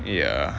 ya